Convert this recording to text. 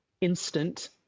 instant